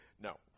No